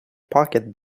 packet